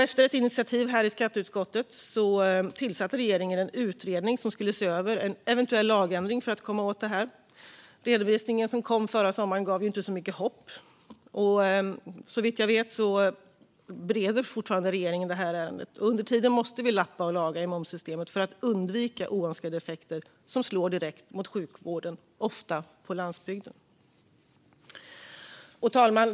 Efter ett initiativ i skatteutskottet tillsatte regeringen en utredning som skulle se över en eventuell lagändring för att komma åt detta. Den redovisning som kom förra sommaren gav inte mycket hopp. Såvitt jag vet bereder regeringen fortfarande detta ärende. Under tiden måste vi lappa och laga i momssystemet för att undvika oönskade effekter som slår direkt mot sjukvården, ofta på landsbygden. Fru talman!